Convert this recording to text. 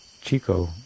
Chico